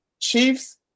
Chiefs